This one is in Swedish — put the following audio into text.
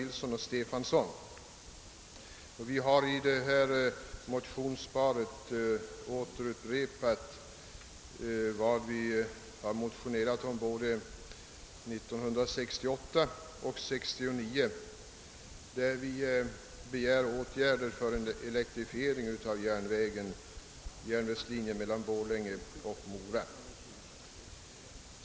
I detta motionspar har vi upprepat vad vi motionerat om under både 1968 och 1969. Vi begärde i motionerna att åtgärder skulle vidtagas för en elektrifiering av järnvägslinjen Borlänge—Mora.